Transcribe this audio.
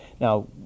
Now